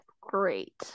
great